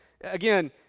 Again